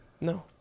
No